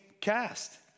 cast